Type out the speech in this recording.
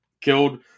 killed